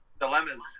Dilemmas